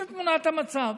זאת תמונת המצב.